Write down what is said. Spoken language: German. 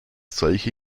solche